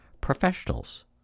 professionals